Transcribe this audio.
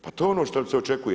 Pa to je ono što se očekuje.